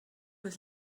was